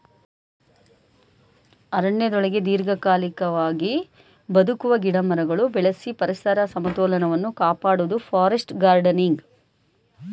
ಅರಣ್ಯದೊಳಗೆ ದೀರ್ಘಕಾಲಿಕವಾಗಿ ಬದುಕುವ ಗಿಡಮರಗಳು ಬೆಳೆಸಿ ಪರಿಸರ ಸಮತೋಲನವನ್ನು ಕಾಪಾಡುವುದು ಫಾರೆಸ್ಟ್ ಗಾರ್ಡನಿಂಗ್